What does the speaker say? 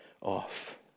off